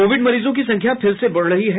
Covid मरीजों की संख्या फिर से बढ़ रही है